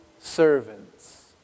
servants